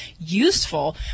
useful